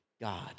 God